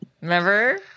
remember